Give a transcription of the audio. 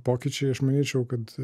pokyčiai aš manyčiau kad